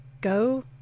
go